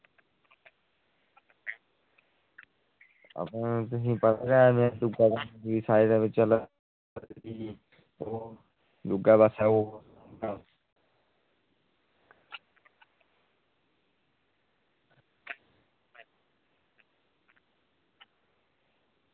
ते तुसें गी पता गै जदू आ कम्म साईड उप्पर कम्म चला दा ते दूऐ पास्सै ओह्